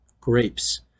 grapes